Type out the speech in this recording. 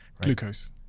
glucose